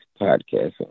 podcast